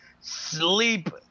sleep